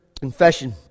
Confession